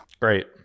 Great